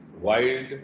Wild